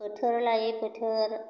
बोथोर लायै बोथोर